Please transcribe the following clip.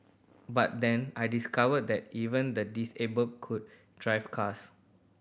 but then I discovered that even the disabled could drive cars